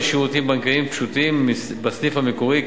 שירותים בנקאיים פשוטים בסניף המקורי,